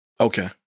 Okay